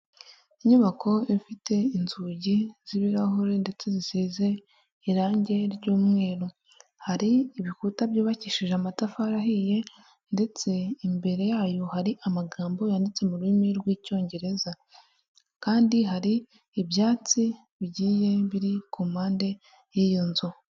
Inyubako ifite inzugi z'ibirahuri ndetse zisize irange ry'umweru hari ibikuta byubakishije amatafari ahiye ndetse imbere yayo hari amagambo yanditse mu rurimi rw'icyongereza kandi hari ibyatsi bigiye biri ku mpande y'iyo nzu.